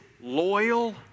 loyal